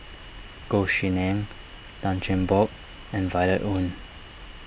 Goh Tshin En Tan Cheng Bock and Violet Oon